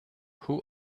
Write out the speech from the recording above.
who